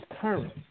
current